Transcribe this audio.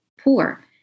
poor